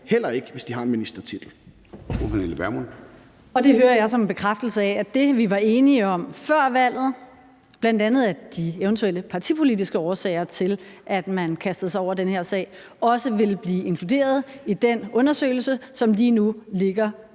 Pernille Vermund (NB): Det hører jeg som en bekræftelse af, at det, vi var enige om før valget, bl.a. var, at de eventuelle partipolitiske årsager til, at man kastede sig over den her sag, også ville blive inkluderet i den undersøgelse, som lige nu ligger